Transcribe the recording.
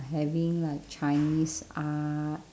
having like chinese art